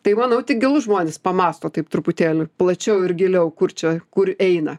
tai manau tik gilūs žmonės pamąsto taip truputėlį plačiau ir giliau kur čia kur eina